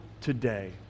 today